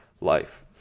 life